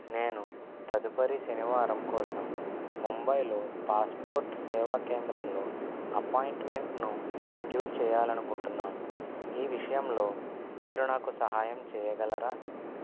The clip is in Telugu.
నేను తదుపరి శనివారం కోసం ముంబైలో పాస్పోర్ట్ సేవా కేంద్రంలో అపాయింట్మెంట్ను షెడ్యూల్ చెయ్యాలనుకుంటున్నాను ఈ విషయంలో మీరు నాకు సహాయం చెయ్యగలరా